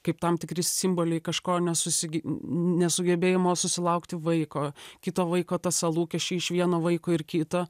kaip tam tikri simboliai kažko nesusigi nesugebėjimo susilaukti vaiko kito vaiko tąsa lūkesčiai iš vieno vaiko ir kito